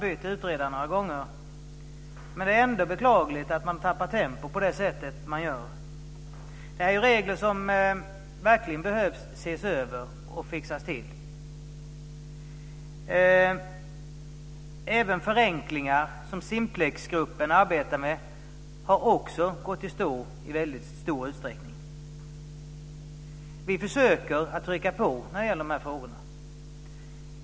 Därför har det inte gått snabbare. Det är ändå beklagligt att man tappar tempo på det sätt som man gör. Detta är regler som verkligen behöver ses över och fixas till. Även förenklingar, som Simplexgruppen arbetar med, har i stor utsträckning gått i stå. Vi försöker att trycka på i de här frågorna.